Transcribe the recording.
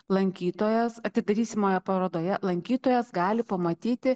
lankytojas atidarysimoje parodoje lankytojas gali pamatyti